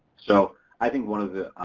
so, i think one of the.